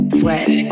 sweat